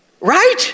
Right